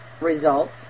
results